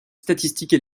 statistiques